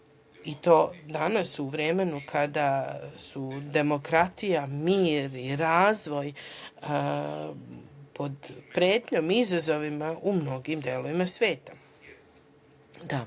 i to danas u vremenu kada su demokratija, mir i razvoj pod pretnjom i izazovima u mnogim delovima sveta.